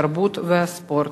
התרבות והספורט.